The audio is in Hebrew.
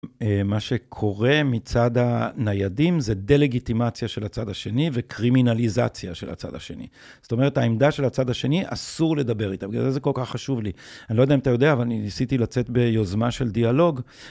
מה שקורה מצד הניידים זה דה-לגיטימציה של הצד השני וקרימינליזציה של הצד השני. זאת אומרת, העמדה של הצד השני אסור לדבר איתה, בגלל זה זה כל כך חשוב לי. אני לא יודע אם אתה יודע, אבל אני ניסיתי לצאת ביוזמה של דיאלוג.